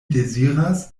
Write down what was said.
deziras